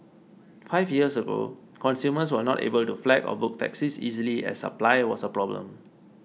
five years ago consumers were not able to flag or book taxis easily as supply was a problem